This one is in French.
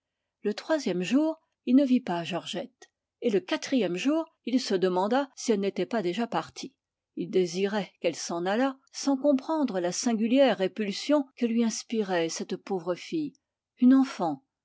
le troisième jour il ne vit pas georgette et le quatrième jour il se demanda si elle n'était pas déjà partie il désirait qu'elle s'en allât sans comprendre la singulière répulsion que lui inspirait cette pauvre fille une enfant